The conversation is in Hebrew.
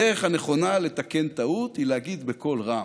הדרך הנכונה לתקן טעות היא להגיד בקול רם: